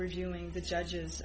reviewing the judge